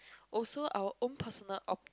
also our own personal ob~